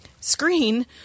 screen